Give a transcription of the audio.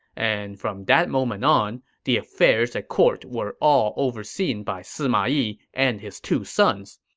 and from that moment on, the affairs at court were all overseen by sima yi and his two sons.